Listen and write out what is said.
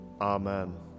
Amen